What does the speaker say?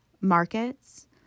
markets